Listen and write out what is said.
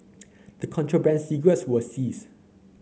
the contraband cigarettes were seized